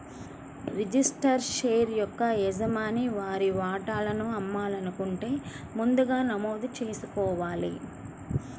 registered share యొక్క యజమాని వారి వాటాను అమ్మాలనుకుంటే ముందుగా నమోదు చేసుకోవాలి